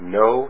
no